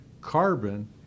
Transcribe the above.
Carbon